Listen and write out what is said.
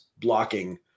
blocking